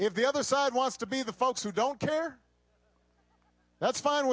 if the other side wants to be the folks who don't care that's fine